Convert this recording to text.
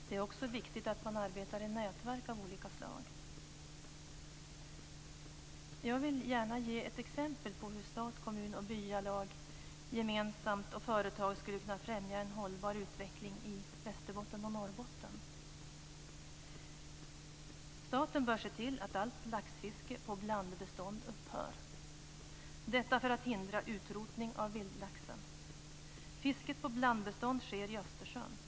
Det är också viktigt att man arbetar i nätverk av olika slag. Jag vill gärna ge ett exempel på hur stat, kommun, företag och byalag gemensamt skulle kunna främja en hållbar utveckling i Västerbotten och Norrbotten. Staten bör se till att allt laxfiske på blandbestånd upphör - detta för att hindra utrotning av vildlaxen. Fisket på blandbestånd sker i Östersjön.